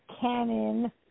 canon